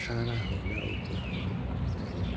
સારા હોદ્દા ઉપર પણ એ લોકો